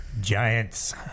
Giants